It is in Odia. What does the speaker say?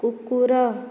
କୁକୁର